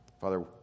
Father